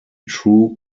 true